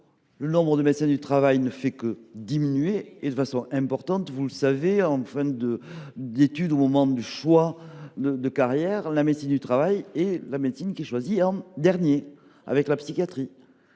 le nombre de médecins du travail ne fait que diminuer drastiquement. En fin d’études, au moment du choix de carrière, la médecine du travail est la filière qui est choisie en dernier, avec la psychiatrie.